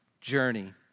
journey